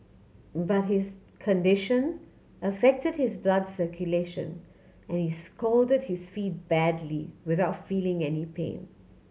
but his condition affected his blood circulation and he scalded his feet badly without feeling any pain